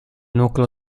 nucleo